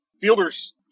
Fielders